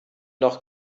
noch